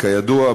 כידוע,